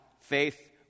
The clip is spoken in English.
faith